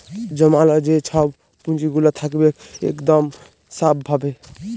জমাল যে ছব পুঁজিগুলা থ্যাকবেক ইকদম স্যাফ ভাবে